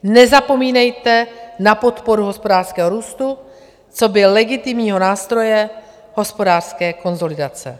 Nezapomínejte na podporu hospodářského růstu coby legitimního nástroje hospodářské konsolidace.